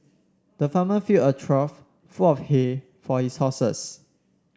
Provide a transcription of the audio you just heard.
the farmer filled a trough full of hay for his horses